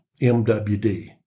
MWD